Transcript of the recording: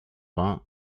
vingt